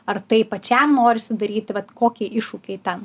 ar tai pačiam norisi daryti vat kokie iššūkiai ten